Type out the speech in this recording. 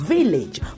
Village